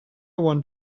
want